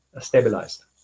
stabilized